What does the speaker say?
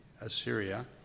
Assyria